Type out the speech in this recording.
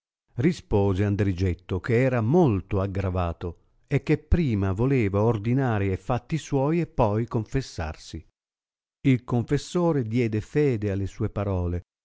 risanarete rispose andrigetto che era molto aggravato e che prima voleva ordinare e fatti suoi e poi confessarsi il confessore diede fede alle sue parole